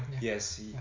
yes